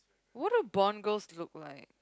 what do Bond Girls look like